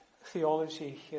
theology